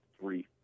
three